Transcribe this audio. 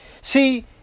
See